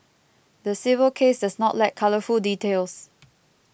the civil case does not lack colourful details